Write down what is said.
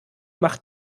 macht